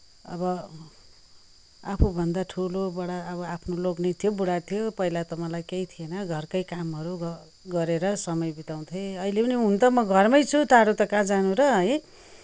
अब आफूभन्दा ठुलो बडा अब आफ्नो लोग्ने थियो बुढा थियो पहिला त मलाई केही थिएन घरकै कामहरू ग गरेर समय बिताउँथ्ये अहिले पनि हुन त म घरमै छु टाढो त कहाँ जानु र है